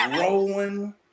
rolling